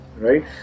right